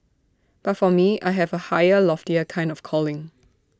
but for me I have A higher loftier kind of calling